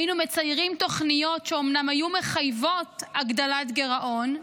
היינו מייצרים תוכניות שאומנם היו מחייבות הגדלת גירעון,